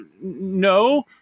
no